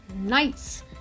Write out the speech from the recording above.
Nice